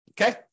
okay